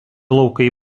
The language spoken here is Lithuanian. laukai